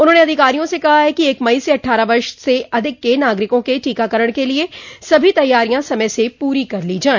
उन्होंने अधिकारियों से कहा है कि एक मई से अठारह वर्ष से अधिक के नागरिकों के टीकाकरण के लिए सभी तैयारियां समय से पूरी कर ली जाय